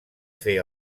fer